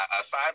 aside